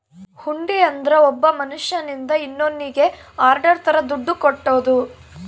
ಹುಂಡಿ ಅಂದ್ರ ಒಬ್ಬ ಮನ್ಶ್ಯನಿಂದ ಇನ್ನೋನ್ನಿಗೆ ಆರ್ಡರ್ ತರ ದುಡ್ಡು ಕಟ್ಟೋದು